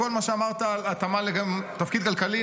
כל מה שאמרת על התאמה לתפקיד כלכלי,